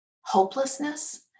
hopelessness